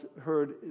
heard